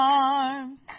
arms